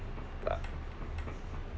uh